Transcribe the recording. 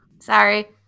Sorry